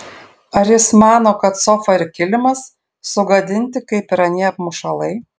ar jis mano kad sofa ir kilimas sugadinti kaip ir anie apmušalai